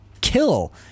kill